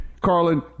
Carlin